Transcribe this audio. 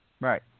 Right